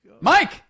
mike